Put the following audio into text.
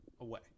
away